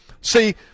See